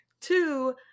Two